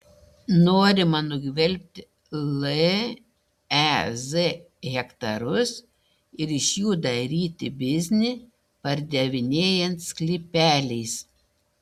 norima nugvelbti lez hektarus ir iš jų daryti biznį pardavinėjant sklypeliais